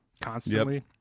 constantly